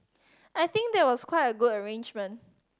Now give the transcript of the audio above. I think that was quite a good arrangement